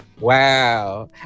wow